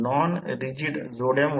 तर परंतु हे हेतुपरस्पर पण तसे केले